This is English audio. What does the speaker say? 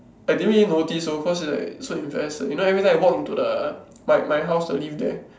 I didn't really notice though cause is like so invest you know every time I walk into the my my house the lift there